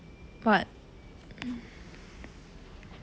what um